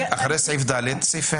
אחרי סעיף קטן (ד) יהיה סעיף קטן (ה).